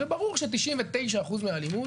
זה ברור ש-99% מהאלימות